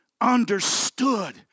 understood